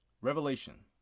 Revelation